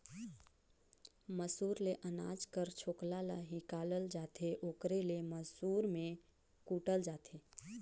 मूसर ले अनाज कर छोकला ल हिंकालल जाथे ओकरे ले मूसर में कूटल जाथे